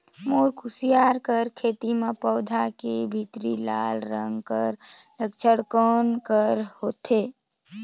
मोर कुसियार कर खेती म पौधा के भीतरी लाल रंग कर लक्षण कौन कर होथे?